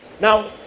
Now